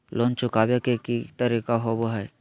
Loan चुकाबे के की तरीका होबो हइ?